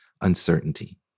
uncertainty